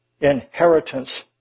inheritance